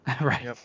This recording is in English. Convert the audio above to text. right